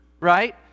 right